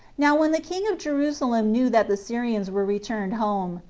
now when the king of jerusalem knew that the syrians were returned home,